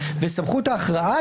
וסמכות ההכרעה,